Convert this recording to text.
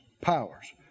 powers